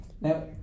Now